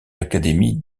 l’académie